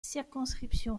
circonscription